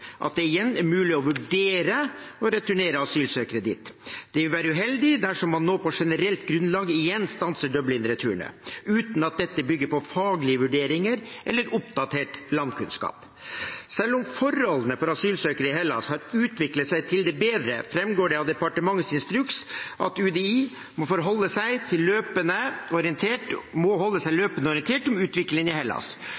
at det igjen var mulig å vurdere å returnere asylsøkere dit. Det ville være uheldig dersom man nå på generelt grunnlag igjen stanset Dublin-returene, uten at dette bygde på faglige vurderinger eller oppdatert landkunnskap. Selv om forholdene for asylsøkere i Hellas har utviklet seg til det bedre, framgår det av departementets instruks at UDI må holde seg løpende orientert